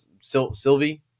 Sylvie